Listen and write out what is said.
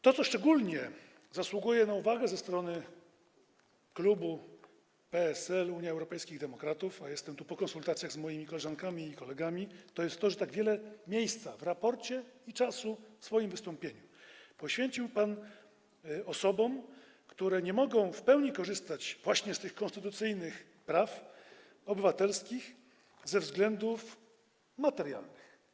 To, co szczególnie zasługuje na uwagę ze strony klubu PSL - UED, jestem po konsultacjach w tej sprawie z moimi koleżankami i kolegami, to jest to, że tak wiele miejsca w raporcie i czasu w swoim wystąpieniu poświęcił pan osobom, które nie mogą w pełni korzystać właśnie z tych konstytucyjnych praw obywatelskich ze względów materialnych.